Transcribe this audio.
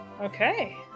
Okay